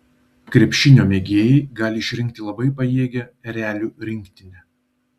krepšinio mėgėjai gali išrinkti labai pajėgią erelių rinktinę